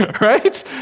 right